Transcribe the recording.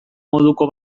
moduko